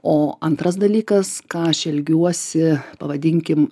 o antras dalykas ką aš elgiuosi pavadinkim